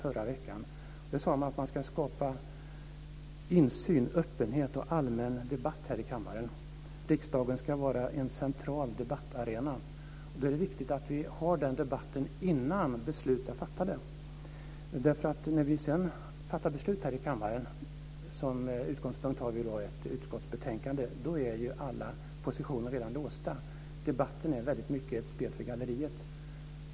Man sade att man ska skapa insyn och öppenhet och allmän debatt i kammaren. Riksdagen ska vara en central debattarena. Då är det viktigt att vi har den debatten innan beslut är fattade. När vi sedan fattar beslut i kammaren - som utgångspunkt har vi ett utskottsbetänkande - är alla positioner redan låsta. Debatten är mycket ett spel för galleriet.